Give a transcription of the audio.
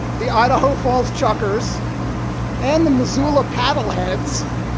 the idaho falls chuckers and the missoula paddle heads.